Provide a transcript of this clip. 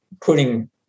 putting